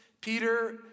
Peter